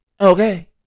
Okay